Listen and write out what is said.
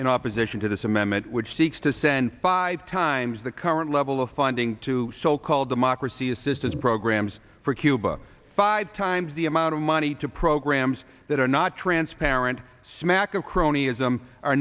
in opposition to this amendment which seeks to send five times the current level of funding to so called democracy assistance programs for cuba five times the amount of money to programs that are not transparent smack of cron